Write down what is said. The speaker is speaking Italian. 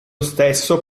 stesso